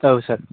औ सार